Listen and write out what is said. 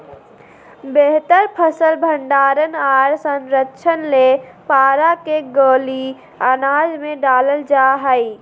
बेहतर फसल भंडारण आर संरक्षण ले पारा के गोली अनाज मे डालल जा हय